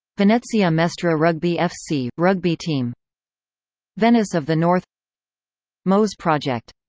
venezia mestre rugby fc rugby team venice of the north mose project